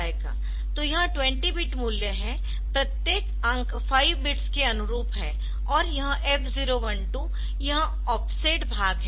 तो यह 20 बिट मूल्य है प्रत्येक अंक 5 बिट्स के अनुरूप है और यह F012 यहऑफसेट भाग है